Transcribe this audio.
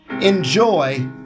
Enjoy